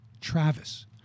Travis